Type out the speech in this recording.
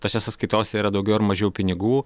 tose sąskaitose yra daugiau ar mažiau pinigų